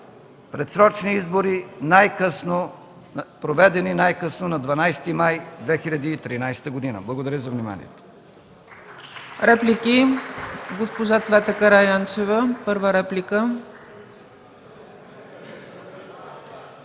предсрочни избори, проведени най-късно на 12 май 2013 г. Благодаря за вниманието.